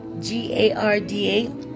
g-a-r-d-a